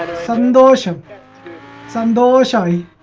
some notion some bullish on